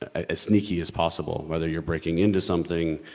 as sneaky as possible, whether you're breaking into something,